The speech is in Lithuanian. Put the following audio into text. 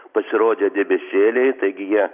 pasirodė debesėliai taigi jie